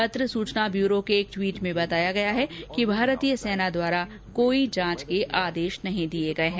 पत्र सूचना ब्यूरो के एक ट्वीट में बताया गया है कि भारतीय सेना द्वारा कोई जांच आदेश नहीं दिये गये हैं